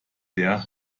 der